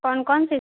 کون کون سی